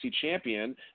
champion